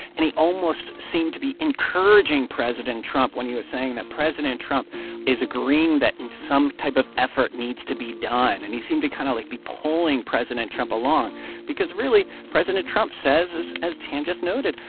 and he almost seemed to be encouraging president trump when he was saying that president trump is agreeing that and some type of effort needs to be done. and he seemed to kind of, like, be pulling president trump along because, really, president trump says, as as tam just noted,